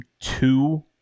two